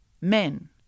men